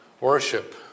worship